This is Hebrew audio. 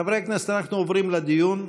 חברי הכנסת, אנחנו עוברים לדיון.